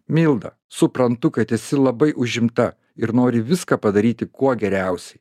milda suprantu kad esi labai užimta ir nori viską padaryti kuo geriausiai